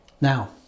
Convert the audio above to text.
Now